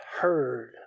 heard